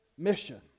mission